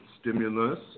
stimulus